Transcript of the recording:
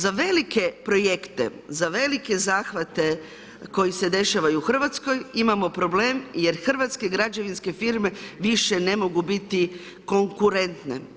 Za velike projekte, za velike zahvate koji se dešavaju u Hrvatskoj, imamo problem jer hrvatske građevinske firme više ne mogu biti konkurentne.